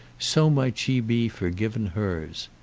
so might she be forgiven hers.